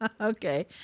Okay